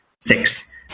six